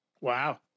Wow